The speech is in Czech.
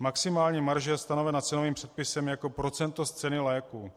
Maximální marže je stanovena cenovým předpisem jako procento z ceny léků.